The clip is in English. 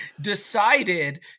decided